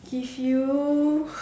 give you